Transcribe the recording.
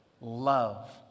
Love